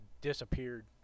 disappeared